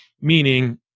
meaning